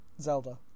Zelda